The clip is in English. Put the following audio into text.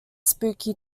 spooky